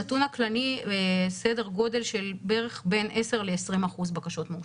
הנתון הכללי הוא סדר-גודל של בין 10% ל-20% בקשות מאושרות.